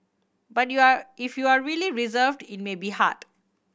but you are if you are really reserved it may be hard